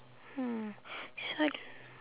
mm so I d~